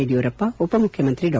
ಯಡಿಯೂರಪ್ಪ ಉಪ ಮುಖ್ಯಮಂತ್ರಿ ಡಾ